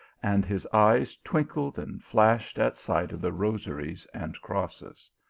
and his eyes twinkled and flashed at sight of the rosaries and crosses.